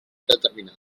determinada